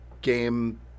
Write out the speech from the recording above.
game